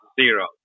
Zero